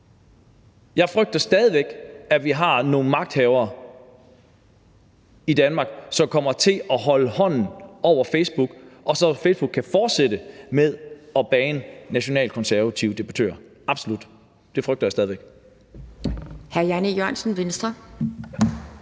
Jeg frygter stadig væk, at vi har nogle magthavere i Danmark, som kommer til at holde hånden over Facebook, så Facebook kan fortsætte med at banne nationalkonservative debattører – det frygter jeg absolut